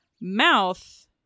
Mouth